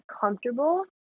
comfortable